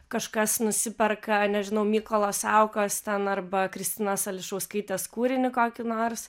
kažkas nusiperka nežinau mykolo saukos ten arba kristinos ališauskaitės kūrinį kokį nors